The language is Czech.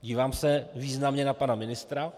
Dívám se významně na pana ministra.